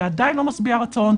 זה עדיין לא משביע רצון.